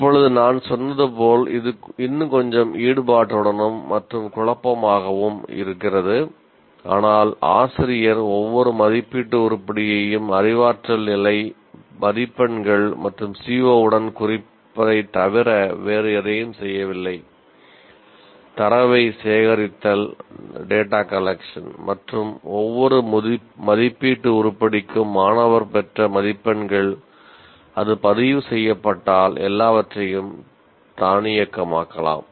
இப்போது நான் சொன்னது போல் இது இன்னும் கொஞ்சம் ஈடுபாட்டுடனும் மற்றும் குழப்பமாகம் இருக்கிறது ஆனால் ஆசிரியர் ஒவ்வொரு மதிப்பீட்டு உருப்படியையும் அறிவாற்றல் நிலை மதிப்பெண்கள் மற்றும் CO உடன் குறிப்பதைத் தவிர வேறு எதையும் செய்யவில்லை தரவை சேகரித்தல் மற்றும் ஒவ்வொரு மதிப்பீட்டு உருப்படிக்கும் மாணவர் பெற்ற மதிப்பெண்கள் அது பதிவு செய்யப்பட்டால் எல்லாவற்றையும் தானியக்கமாக்கலாம்